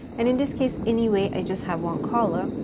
and in this case anyway, i just have one column,